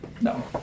No